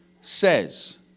says